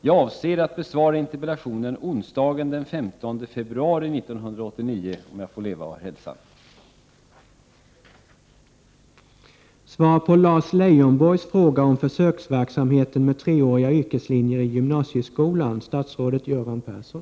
På grund av stor arbetsbelastning kan frågan inte besvaras förrän onsdagen den 15 februari 1989 — om jag får leva och ha hälsan.